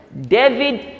David